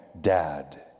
Dad